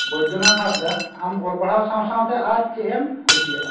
ᱵᱚᱫᱷᱭᱚᱱᱟᱛᱷ ᱦᱟᱸᱥᱫᱟ ᱟᱢ ᱚᱞ ᱯᱟᱲᱦᱟᱣ ᱥᱟᱶ ᱥᱟᱶ ᱛᱮ ᱟᱨ ᱪᱮᱫ ᱮᱢ ᱠᱩᱥᱤᱭᱟᱜᱼᱟ